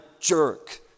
jerk